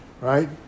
right